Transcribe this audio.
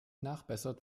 nachbessert